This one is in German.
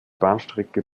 bahnstrecke